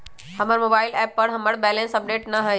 हमर mobile app पर हमर बैलेंस अपडेट न हई